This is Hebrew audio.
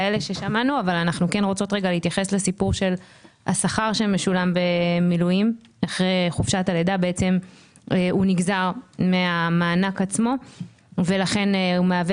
אבל השכר שמשולם במילואים אחרי חופשת הלידה שנגזר מהמענק עצמו ומהווה